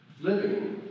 living